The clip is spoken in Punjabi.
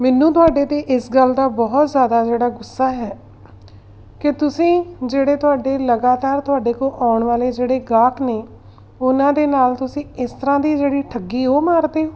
ਮੈਨੂੰ ਤੁਹਾਡੇ 'ਤੇ ਇਸ ਗੱਲ ਦਾ ਬਹੁਤ ਜ਼ਿਆਦਾ ਜਿਹੜਾ ਗੁੱਸਾ ਹੈ ਕਿ ਤੁਸੀਂ ਜਿਹੜੇ ਤੁਹਾਡੇ ਲਗਾਤਾਰ ਤੁਹਾਡੇ ਕੋਲ ਆਉਣ ਵਾਲੇ ਜਿਹੜੇ ਗਾਹਕ ਨੇ ਉਹਨਾਂ ਦੇ ਨਾਲ ਤੁਸੀਂ ਇਸ ਤਰ੍ਹਾਂ ਦੀ ਜਿਹੜੀ ਠੱਗੀ ਉਹ ਮਾਰਦੇ